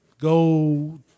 go